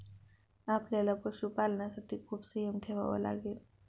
आपल्याला पशुपालनासाठी खूप संयम ठेवावा लागेल